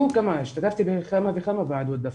השתתפתי בכמה וכמה ועדות דווקא,